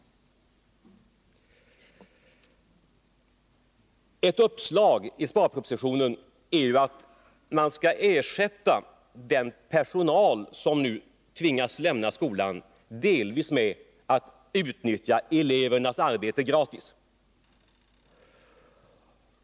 Ett uppslag i sparpropositionen är att den personal som nu tvingas lämna skolan delvis skall ersättas genom att man gratis skall utnyttja elevernas arbete.